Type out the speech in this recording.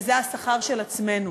וזה השכר של עצמנו.